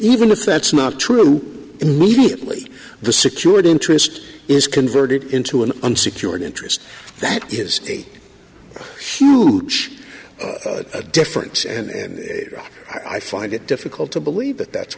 even with that's not true in mediately the secured interest is converted into an security interest that is a huge difference and i find it difficult to believe that that's